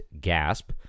gasp